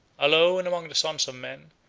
alone among the sons of men,